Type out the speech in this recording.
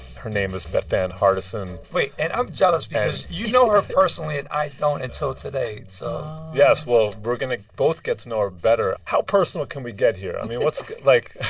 her name is bethann hardison wait. and i'm jealous because you know her personally, and i don't until today. so yes. well, we're going to both get to know her better. how personal can we get what's like.